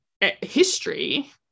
history